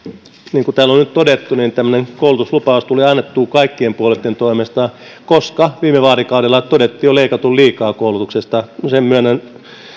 niin kun täällä on nyt todettu tämmöinen koulutuslupaus tuli annettua kaikkien puolueitten toimesta koska viime vaalikaudella todettiin jo leikatun liikaa koulutuksesta sen myönnän olen